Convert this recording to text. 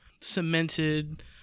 cemented